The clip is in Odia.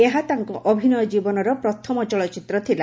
ଏହା ତାଙ୍କ ଅଭିନୟ କ୍ରୀବନ ପ୍ରଥମ ଚଳଚ୍ଚିତ୍ର ଥିଲା